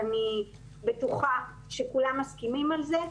ואני בטוחה שכולם מסכימים על זה,